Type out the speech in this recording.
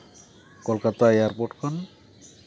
Kolkata airport ᱠᱷᱚᱱ